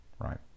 right